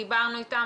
דיברנו איתם,